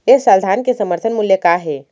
ए साल धान के समर्थन मूल्य का हे?